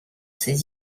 ses